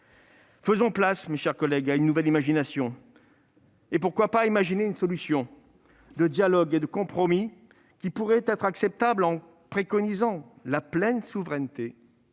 Faisons place, mes chers collègues, à une nouvelle imagination. Pourquoi ne pas imaginer une solution de dialogue et de compromis, qui pourrait être acceptable en préconisant la pleine souveraineté